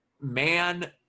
man